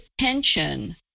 attention